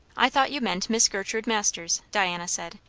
i thought you meant miss gertrude masters, diana said,